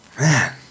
Man